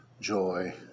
joy